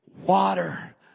water